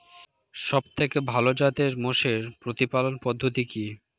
সবথেকে ভালো জাতের মোষের প্রতিপালন পদ্ধতি কি?